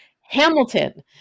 Hamilton